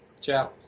Ciao